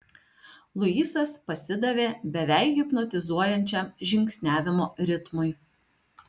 luisas pasidavė beveik hipnotizuojančiam žingsniavimo ritmui